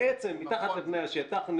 בעצם מתחת לפני השטח,